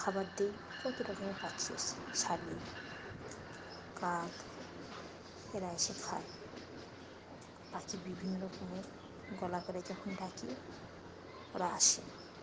খাবার দিই কত রকমের পাখি আসে শালিক কাত এরা এসে খায় পাখি বিভিন্ন রকমের গলা করে যখন ডাকি ওরা আসে